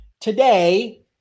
Today